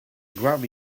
grab